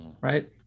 Right